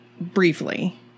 briefly